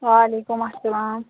وعلیکُم اسلام